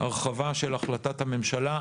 הרחבה של החלטת הממשלה.